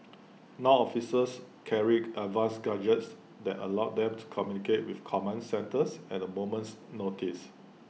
now officers carry advanced gadgets that allow them to communicate with command centres at A moment's notice